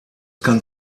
kann